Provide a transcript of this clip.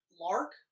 Lark